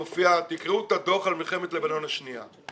תקראו את הדוח על מלחמת לבנון השנייה.